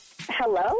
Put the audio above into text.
Hello